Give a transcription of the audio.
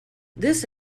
this